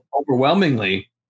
overwhelmingly